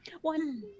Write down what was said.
One